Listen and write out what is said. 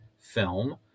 film